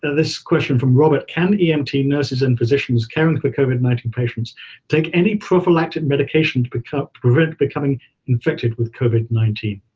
this question from robert, can emt nurses and physicians caring for covid nineteen patients take any prophylactic medication to prevent becoming infected with covid nineteen?